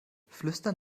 flüstern